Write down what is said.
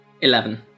Eleven